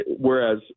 Whereas